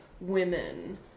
women